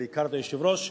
ובעיקר ליושב-ראש,